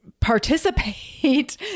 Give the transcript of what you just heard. participate